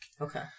Okay